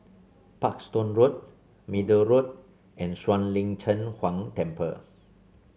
Parkstone Road Middle Road and Shuang Lin Cheng Huang Temple